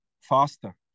faster